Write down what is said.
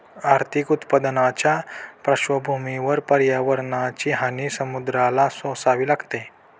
आर्थिक उत्पन्नाच्या पार्श्वभूमीवर पर्यावरणाची हानी समुद्राला सोसावी लागते